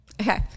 Okay